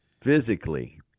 Physically